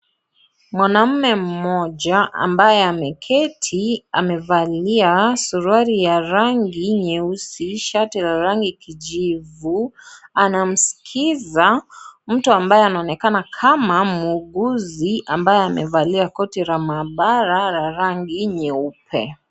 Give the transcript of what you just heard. Mwanaume mmoja ambaye ameketi amevalia suruali ya rangi nyeusi , shati la rangi kijivu, anamskiza mtu ambaye anaonekana kama muguzi ambaye amevalia koti la mahabara la rangi nyeupe.